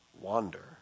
Wander